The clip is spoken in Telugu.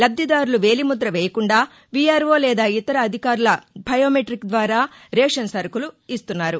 లబ్దిదారులు వేలిముద్ర వేయకుండా వీఆర్వో లేదా ఇతర అధికారుల బయో మెట్టిక్ ద్వారా రేషన్ సరుకులు ఇస్తున్నారు